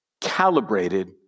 calibrated